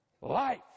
life